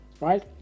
right